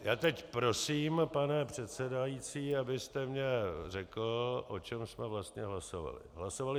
Já teď prosím, pane předsedající, abyste mi řekl, o čem jsme vlastně hlasovali.